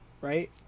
Right